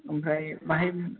ओमफ्राय माहाय